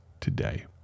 today